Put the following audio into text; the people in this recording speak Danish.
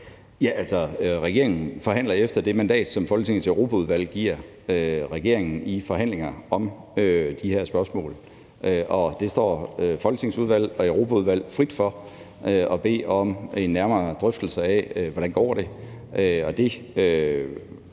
Bødskov): Regeringen forhandler efter det mandat, som Folketingets Europaudvalg giver regeringen i forhandlinger om de her spørgsmål, og det står Folketingets udvalg og Europaudvalget frit for at bede om en nærmere drøftelse af, hvordan det går,